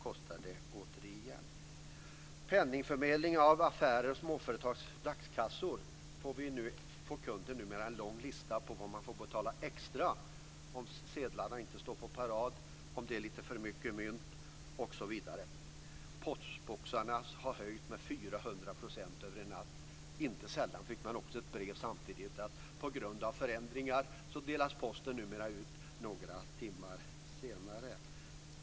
När det gäller penningförmedling av affärers och småföretags dagskassor får kunden numera en lång lista över vad man får betala extra för. Man får betala extra om sedlarna inte står på parad, om kassan innehåller för mycket mynt osv. Avgifterna för postboxarna höjdes med 400 % över en natt. Samtidigt skickades det ut ett brev där det stod att på grund av förändringar delas posten numera ut några timmar senare.